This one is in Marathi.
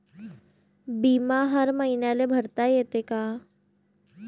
बिमा हर मईन्याले भरता येते का?